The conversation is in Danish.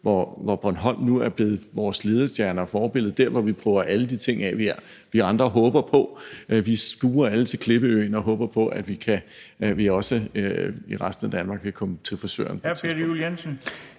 hvor Bornholm nu er blevet vores ledestjerne og forbillede – der, hvor vi prøver alle de ting af, som vi andre håber på. Vi skuer alle til klippeøen og håber på, at vi også i resten af Danmark kan komme til frisøren på et tidspunkt.